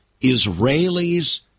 Israelis